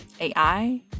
AI